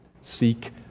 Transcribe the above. Seek